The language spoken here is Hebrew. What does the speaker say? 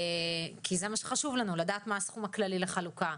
כי זה מה שחשוב לנו: לדעת מה הסכום הכללי לחלוקה,